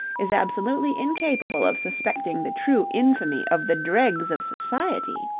is absolutely incapable of suspecting the true infamy of the dregs of society.